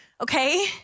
okay